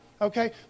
okay